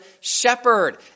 shepherd